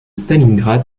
stalingrad